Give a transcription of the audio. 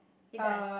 it does